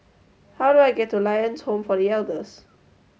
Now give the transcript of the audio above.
how do I get to Lions Home for The Elders